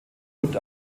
und